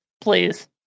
please